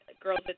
girls